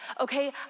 okay